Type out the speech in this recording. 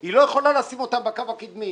היא לא יכולה לשים אותם בקו הקדמי.